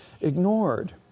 ignored